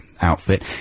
outfit